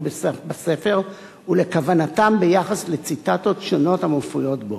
בספר ולכוונתם ביחס לציטטות שונות המופיעות בו.